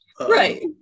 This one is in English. right